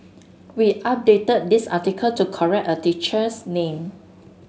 we updated this article to correct a teacher's name